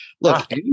Look